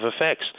effects